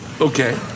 Okay